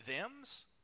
thems